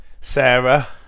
Sarah